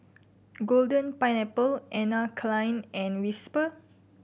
Golden Pineapple Anne Klein and Whisper